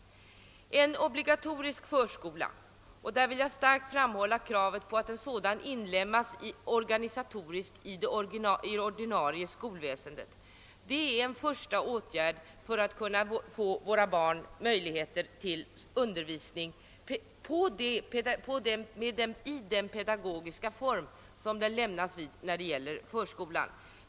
Införandet av en obligatorisk förskola — och jag vill starkt framhäva kravet på att en sådan organisatoriskt inlemmas i det ordinarie skolväsendet — är en första åtgärd för att våra barn skall få möjligheter till undervisning i den pedagogiska form som gäller för förskolan.